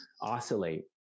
oscillate